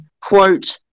quote